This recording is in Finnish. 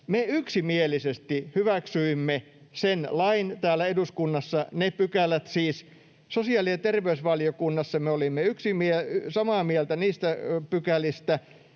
me yksimielisesti hyväksyimme sen lain täällä eduskunnassa, ne pykälät siis. Sosiaali- ja terveysvaliokunnassa me olimme samaa mieltä niistä pykälistä,